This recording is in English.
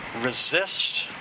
resist